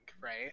right